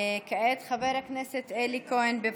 כעת חבר הכנסת אלי כהן, בבקשה.